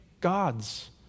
gods